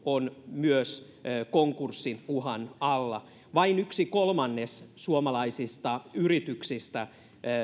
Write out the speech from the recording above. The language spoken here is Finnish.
on myös konkurssiuhan alla vain yksi kolmannes suomalaisista yrityksistä